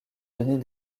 denis